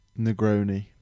Negroni